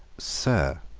sir,